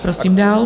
Prosím dál.